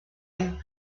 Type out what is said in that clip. and